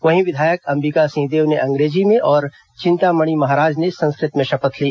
वहीं विधायक अंबिका सिंहदेव ने अंग्रेजी में और चिंतामणी महाराज ने संस्कृत में शपथ ली